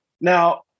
now